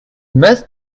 must